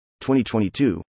2022